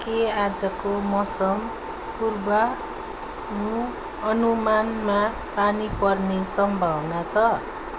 के आजको मौसम पूर्वानुमानमा पानी पर्ने सम्भावना छ